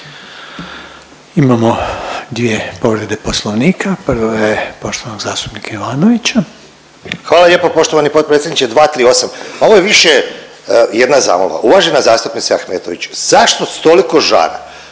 Imamo dvije povrede Poslovnika, prva je poštovanog zastupnika Ivanovića. **Ivanović, Goran (HDZ)** Hvala lijepo poštovani potpredsjedniče, 238., pa ovo je više jedna zamolba. Uvažena zastupnice Ahmetović, zašto s toliko žara